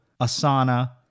Asana